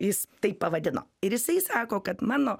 jis taip pavadino ir jisai sako kad mano